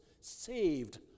saved